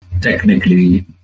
Technically